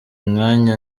mwanya